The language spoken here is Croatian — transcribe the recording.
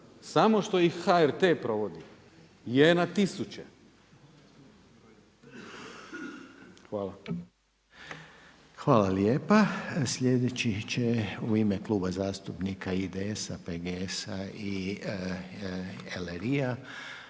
samo što ih HRT provodi, je na tisuće. Hvala. **Reiner, Željko (HDZ)** Hvala lijepa. Slijedeći će u ime Kluba zastupnika IDS-a, PGS-a i RI-ja,